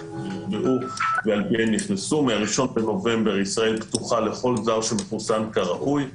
מה-1 בנובמבר ישראל פתוחה לכל זר שמחוסן כראוי,